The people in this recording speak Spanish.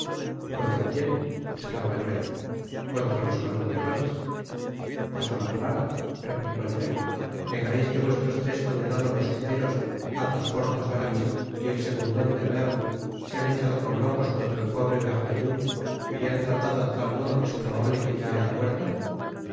contra quién esclamó el rey contra los calumniadores cosa mas rara replicó el rey negareis que vuestros tres condenados mosqueteros athos porthos aramis y el segundon de bearn se han echado como locos contra el pobre bernajoux y le han tratado de tal modo que es probable que ya haya muerto